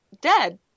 Dead